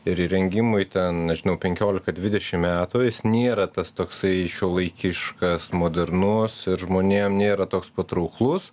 ir įrengimui ten nežinau penkiolika dvidešim metų jis nėra tas toksai šiuolaikiškas modernus ir žmonėm nėra toks patrauklus